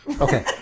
Okay